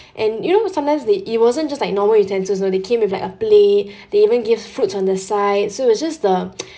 and you know sometimes they it wasn't just like normal utensils only they came with like a plate they even give fruit on the side so it was just the